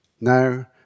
Now